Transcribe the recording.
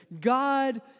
God